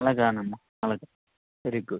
అలాగే అమ్మా అలాగే వెరీ గుడ్